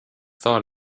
thought